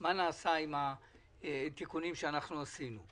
מה נעשה עם התיקונים שאנחנו עשינו.